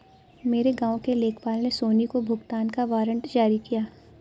मेरे गांव के लेखपाल ने सोनी को भुगतान का वारंट जारी किया